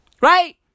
Right